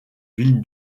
ville